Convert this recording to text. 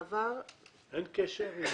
אין קשר עם